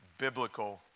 biblical